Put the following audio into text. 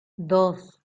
dos